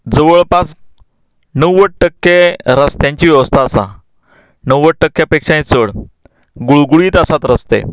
जवळ पास णव्वद टक्के रस्त्यांची वेवस्था आसा णव्वद टक्क्यां पेक्षाय चड गुळगुळीत आसात रस्ते